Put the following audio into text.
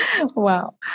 Wow